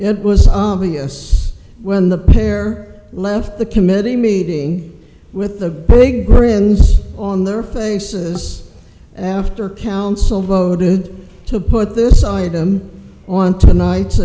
it was obvious when the pair left the committee meeting with the big grins on their faces after council voted to put this item on tonight